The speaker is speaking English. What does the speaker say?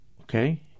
Okay